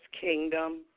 kingdom